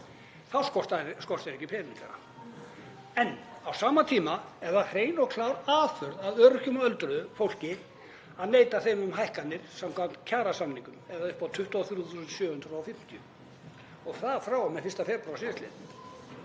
þá skortir ekki peningana. En á sama tíma er það hrein og klár aðför að öryrkjum og öldruðu fólki að neita þeim um hækkanir samkvæmt kjarasamningum upp á 23.750 kr. og það frá og með 1. febrúar síðastliðnum.